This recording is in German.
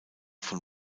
von